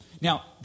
Now